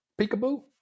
Peekaboo